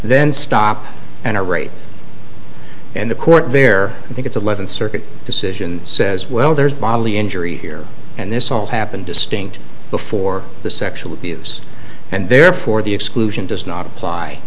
then stop and a rape and the court there i think its eleventh circuit decision says well there's bodily injury here and this all happened distinct before the sexual abuse and therefore the exclusion does not apply